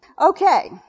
Okay